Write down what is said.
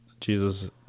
Jesus